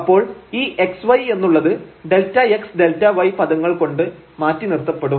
അപ്പോൾ ഈ x y എന്നുള്ളത് Δx Δy പദങ്ങൾ കൊണ്ട് മാറ്റിനിർത്തപ്പെടും